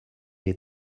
est